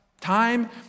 time